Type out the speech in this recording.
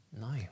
No